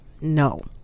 no